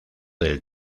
del